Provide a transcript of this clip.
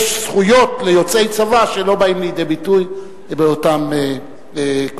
יש זכויות ליוצאי צבא שלא באות לידי ביטוי באותן קבוצות,